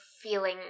feeling